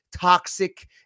toxic